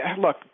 Look